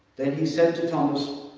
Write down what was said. then he said to thomas,